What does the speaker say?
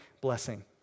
blessing